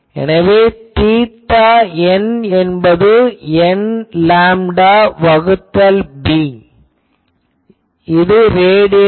எனவே θn என்பது n lambda வகுத்தல் b ரேடியனில்